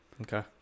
Okay